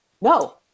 No